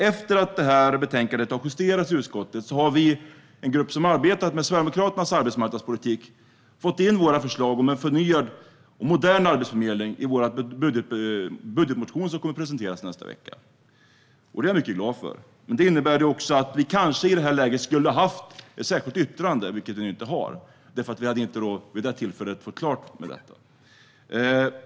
Efter att detta betänkande justerades i utskottet har en grupp som har arbetat med Sverigedemokraternas arbetsmarknadspolitik fått in våra förslag om en förnyad och modern arbetsförmedling i vår budgetmotion som kommer att presenteras i nästa vecka. Det är jag mycket glad för. Det innebär också att vi kanske i det här läget skulle ha haft ett särskilt yttrande, vilket vi nu inte har eftersom det vid det tillfället inte var klart med detta.